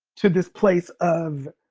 to this place of